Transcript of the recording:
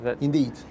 Indeed